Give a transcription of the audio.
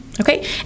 Okay